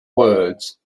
words